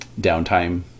downtime